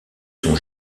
sont